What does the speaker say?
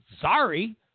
sorry